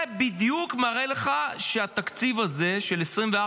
זה בדיוק מראה לך שהתקציב הזה של 2024